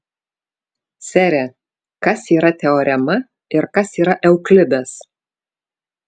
sere kas yra teorema ir kas yra euklidas